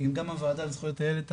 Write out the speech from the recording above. אם גם הוועדה לזכויות הילד,